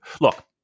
Look